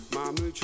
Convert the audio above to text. Mama